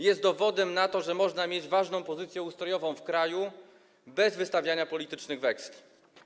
Jest dowodem na to, że można mieć ważną pozycję ustrojową w kraju bez wystawiania politycznych weksli.